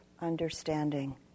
understanding